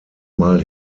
mal